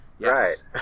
Right